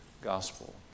gospel